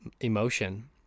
emotion